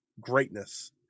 greatness